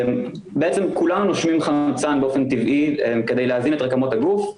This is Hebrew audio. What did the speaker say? בעצם כולנו נושמים חמצן באופן טבעי כדי להזין את רקמות הגוף.